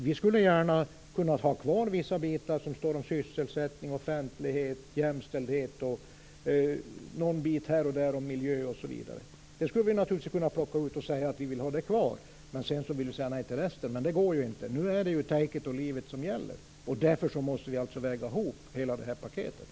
Vi skulle gärna ha plockat ut vissa bitar om sysselsättning, offentlighet, jämställdhet, någon bit här och där om miljön osv. och sagt att vi vill ha det kvar och sedan säga nej till resten. Men det går ju inte. Nu är det take it or leave it som gäller. Därför måste vi alltså väga ihop hela det här paketet.